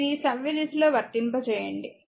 ఇది సవ్యదిశలో వర్తింపచేయండి